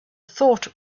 thought